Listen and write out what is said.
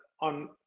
on